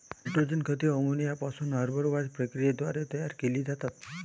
nitrogen खते ammonia पासून Haber Bosch प्रक्रियेद्वारे तयार केली जातात